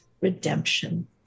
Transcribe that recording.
redemption